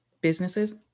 businesses